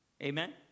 Amen